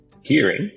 hearing